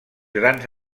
grans